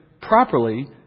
properly